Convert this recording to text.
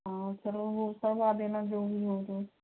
हाँ फिर वो करवा देना जो भी हो तो